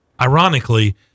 ironically